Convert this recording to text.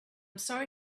sorry